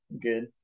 good